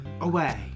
away